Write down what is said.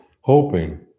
hoping